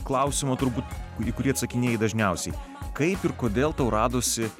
klausimo turbūt kurį kurį atsakinėji dažniausiai kaip ir kodėl tau radosi